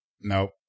Nope